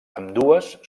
ambdues